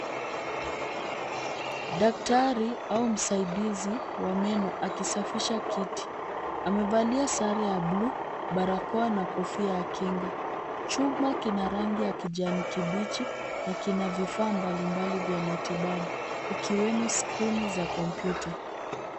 Daktari au msaidizi wa meno akisafisha kiti. Amevalia sare ya buluu, barakoa na kofia ya kinga . Chumba kina rangi ya kijani kibichi na kina vifaa mbalimbali vya matibabu ikiwemo skrini za kompyuta.